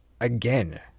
Again